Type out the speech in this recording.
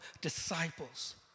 disciples